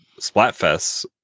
Splatfests